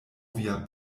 via